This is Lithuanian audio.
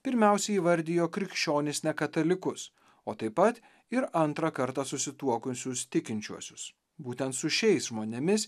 pirmiausia įvardijo krikščionis nekatalikus o taip pat ir antrą kartą susituokusius tikinčiuosius būtent su šiais žmonėmis